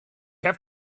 have